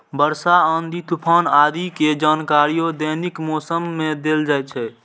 वर्षा, आंधी, तूफान आदि के जानकारियो दैनिक मौसम मे देल जाइ छै